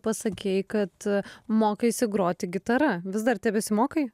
pasakei kad mokaisi groti gitara vis dar tebesimokai